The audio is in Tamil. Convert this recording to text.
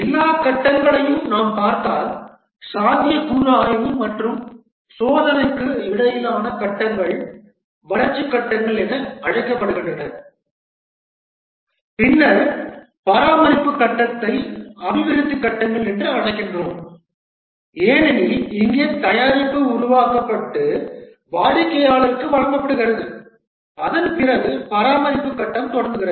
எல்லா கட்டங்களையும் நாம் பார்த்தால் சாத்தியக்கூறு ஆய்வு மற்றும் சோதனைக்கு இடையிலான கட்டங்கள் வளர்ச்சி கட்டங்கள் என அழைக்கப்படுகின்றன பின்னர் பராமரிப்பு கட்டத்தை அபிவிருத்தி கட்டங்கள் என்று அழைக்கிறோம் ஏனெனில் இங்கே தயாரிப்பு உருவாக்கப்பட்டு வாடிக்கையாளருக்கு வழங்கப்படுகிறது அதன் பிறகு பராமரிப்பு கட்டம் தொடங்குகிறது